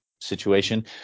situation